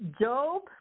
Job